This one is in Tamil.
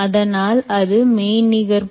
அதனால் அது மெய்நிகர் பொருள்